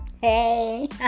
hey